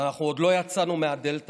ואנחנו עוד לא יצאנו מהדלתא,